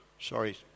Sorry